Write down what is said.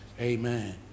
Amen